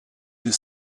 des